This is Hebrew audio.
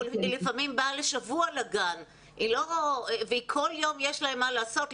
הוא לפעמים בא לשבוע לגן וכל יום יש להם מה לעשות.